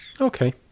okay